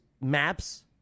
MAPS